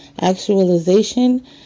Actualization